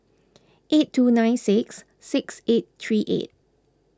eight two nine six six eight three eight